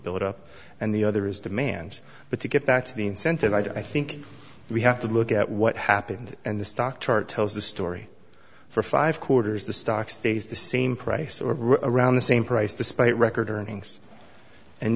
buildup and the other is demand but to get back to the incentive i think we have to look at what happened and the stock chart tells the story for five quarters the stock stays the same price or around the same price despite record earnings and